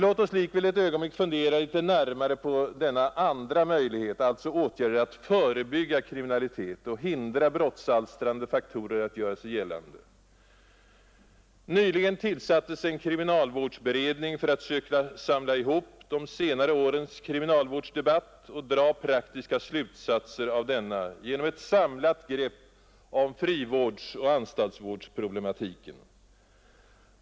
Låt oss likväl ett ögonblick fundera litet närmare på denna andra möjlighet, alltså åtgärder för att förebygga kriminalitet och hindra brottsalstrande faktorer att göra sig gällande. Nyligen tillsattes en kriminalvårdsberedning för att söka samla ihop de senare årens kriminalvårdsdebatt och dra praktiska slutsatser av denna genom ett samlat grepp om frivårdsoch anstaltsvårdsproblematiken.